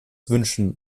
wünschen